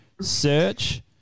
search